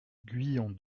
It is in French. guyon